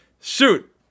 Shoot